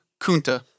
Kunta